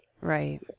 Right